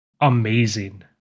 amazing